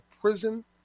prison